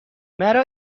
مرا